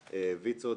ויצו,